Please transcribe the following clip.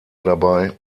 dabei